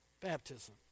baptism